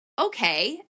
Okay